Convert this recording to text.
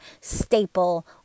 staple